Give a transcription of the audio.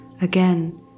again